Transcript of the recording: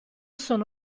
sono